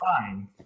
Fine